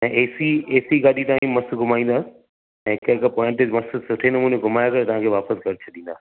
ऐं A C A C गाॾी तव्हां जी मस्तु घुमाईंदासीं ऐं हिक हिक पॉइंट ते मस्त सुठे नमूने घुमाइ करे तव्हां खे वापसि घरु छॾींदासीं